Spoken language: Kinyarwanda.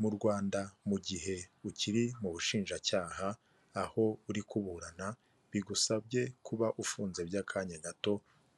Mu Rwanda mu gihe ukiri mu bushinjacyaha aho uri kuburana bigusabye kuba ufunze by'akanya gato